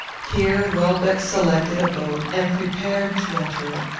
here welbeck selected a boat and prepared to enter it.